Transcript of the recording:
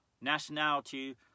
nationality